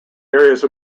areas